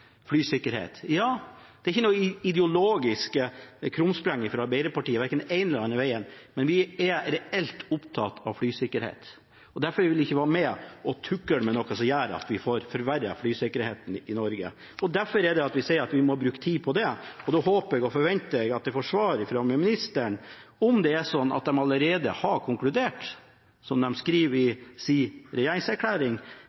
flysikkerhet. Ja, det er ikke noe ideologisk krumspring fra Arbeiderpartiet verken den ene eller andre vegen, men vi er reelt opptatt av flysikkerhet. Derfor vil vi ikke være med på å tukle med noe som gjør at vi får forverret flysikkerheten i Norge. Det er derfor vi sier at vi må bruke tid på det, og da håper og forventer jeg at jeg får svar fra ministeren om hvorvidt det er sånn at de allerede har konkludert – som de skriver i sin regjeringserklæring – eller om det er sånn at